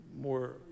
more